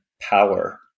power